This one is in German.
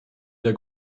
der